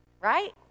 right